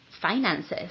finances